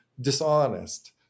dishonest